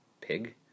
pig